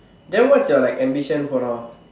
then what's your like ambition for now